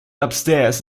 upstairs